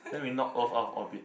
then we knock earth out of orbit